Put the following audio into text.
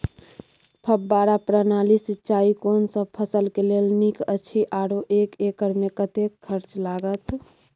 फब्बारा प्रणाली सिंचाई कोनसब फसल के लेल नीक अछि आरो एक एकर मे कतेक खर्च लागत?